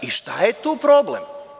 I, šta je tu problem?